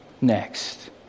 next